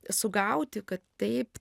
sugauti kad taip